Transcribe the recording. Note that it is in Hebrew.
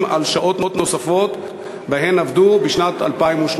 על שעות נוספות שהם עבדו בשנת 2013?